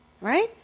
Right